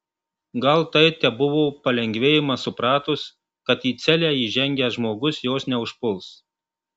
gal tai tebuvo palengvėjimas supratus kad į celę įžengęs žmogus jos neužpuls